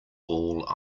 all